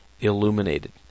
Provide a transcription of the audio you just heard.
illuminated